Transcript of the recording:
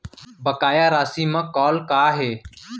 बकाया राशि मा कॉल का हे?